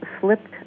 slipped